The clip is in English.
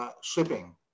shipping